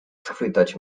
schwytać